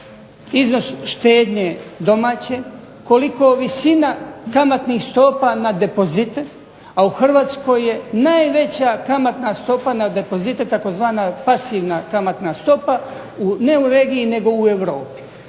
iznos štednje domaće, koliko visina kamatnih stopa na depozit, a u Hrvatskoj je najveća kamatna stopa na depozite tzv. pasivna kamatna stopa ne u regiji nego u Europi